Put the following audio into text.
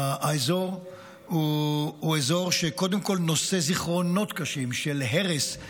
האזור הוא אזור שקודם כול נושא זיכרונות קשים של הרס.